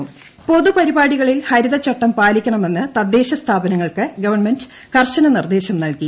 ഹരിതചട്ടം പൊതുപരിപാടികളിൽ ഹരിതചട്ടം പാലിക്കണമെന്ന് തദ്ദേശസ്ഥാപന ങ്ങൾക്ക് ഗവൺമെന്റ് കർശന നിർദ്ദേശം നൽകി